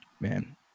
Man